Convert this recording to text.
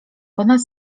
ponad